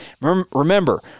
Remember